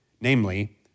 Namely